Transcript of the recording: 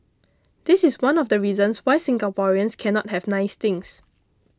this is one of the reasons why Singaporeans cannot have nice things